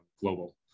global